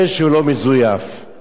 הלוא בסופו של דבר,